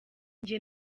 njye